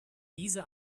diese